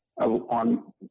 on